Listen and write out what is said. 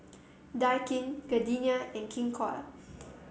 Daikin Gardenia and King Koil